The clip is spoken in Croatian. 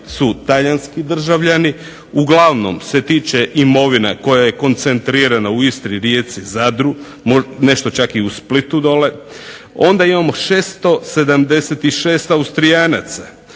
su talijanski državljani. Uglavnom se tiče imovine koja je koncentrirana u Istri, Rijeci, Zadru. Nešto čak i u Splitu dole. Onda imamo 676 Austrijanaca.